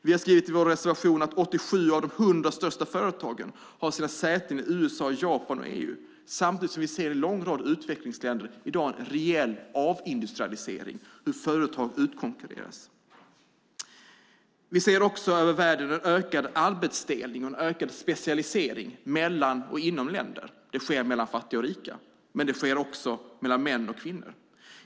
Vi skriver i vår reservation att 87 av de 100 största företagen har sitt säte i USA, Japan och EU. Samtidigt har en lång rad utvecklingsländer i dag en reell avindustrialisering. Företag utkonkurreras. Världen över ser vi en ökad arbetsdelning och en ökad specialisering mellan och inom länder. Det sker mellan fattiga och rika, men det sker också mellan män och kvinnor.